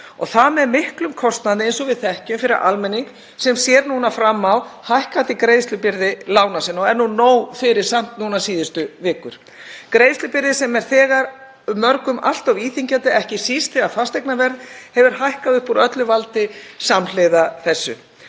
og það með miklum kostnaði, eins og við þekkjum, fyrir almenning sem sér fram á hækkandi greiðslubyrði lána sinna og er nú nóg fyrir samt síðustu vikur, greiðslubyrði sem er þegar mörgum allt of íþyngjandi, ekki síst þegar fasteignaverð hefur hækkað upp úr öllu valdi samhliða þessu.